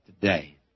today